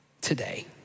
Today